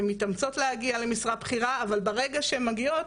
הן מתאמצות להגיע למשרה בכירה אבל ברגע שהן מגיעות,